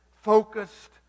focused